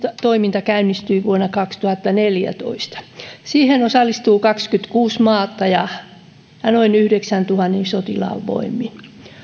toiminta käynnistyi vuonna kaksituhattaneljätoista siihen osallistuu kaksikymmentäkuusi maata noin yhdeksääntuhanteen sotilaan voimin